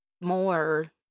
more